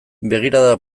begirada